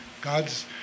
God's